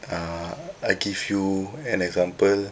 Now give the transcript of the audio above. err I give you an example